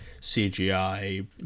CGI